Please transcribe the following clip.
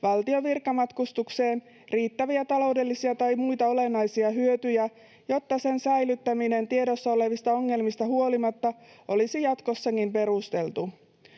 valtion virkamatkustukseen riittäviä taloudellisia tai muita olennaisia hyötyjä, jotta sen säilyttäminen tiedossa olevista ongelmista huolimatta olisi jatkossakin perusteltua.